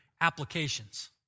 applications